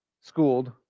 schooled